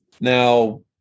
Now